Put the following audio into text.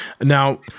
Now